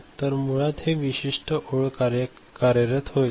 तर मुळात ही विशिष्ट ओळ कार्यरत होईल